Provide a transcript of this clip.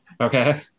Okay